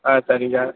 ஆ சரிங்க